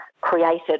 created